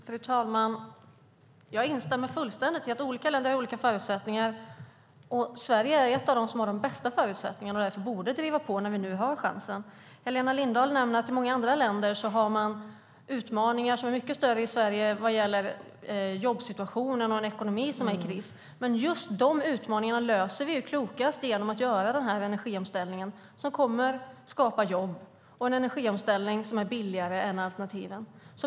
Fru talman! Jag instämmer fullständigt i att olika länder har olika förutsättningar. Sverige är ett av de länder som har de bästa förutsättningarna och därför borde driva på när vi nu har chansen. Helena Lindahl nämner att i många andra länder har man utmaningar som är mycket större än i Sverige vad gäller jobbsituationen och en ekonomi som är kris, men just de utmaningarna löser vi ju klokast genom att göra den här energiomställningen som kommer att skapa jobb och vara billigare än alternativen.